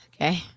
Okay